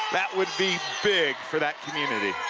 that would be big for that community